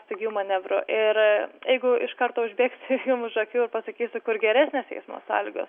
staigių manevrų ir jeigu iš karto užbėgti jum už akių ir pasakysiu kur geresnės eismo sąlygos